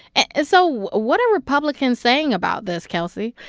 and so what are republicans saying about this, kelsey?